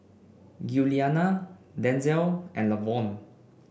Giuliana Denzell and Lavonne